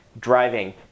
driving